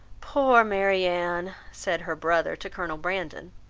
poor marianne! said her brother to colonel brandon,